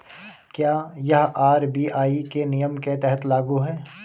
क्या यह आर.बी.आई के नियम के तहत लागू है?